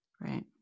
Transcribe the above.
Right